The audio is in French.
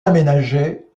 aménagé